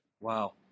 Wow